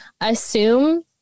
assume